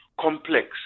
complex